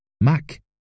Mac